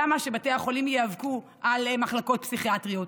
למה שבתי החולים ייאבקו על מחלקות פסיכיאטריות?